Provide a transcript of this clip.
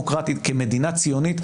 ראויים בדיון שהוא בעצם לא דיון -- תודה.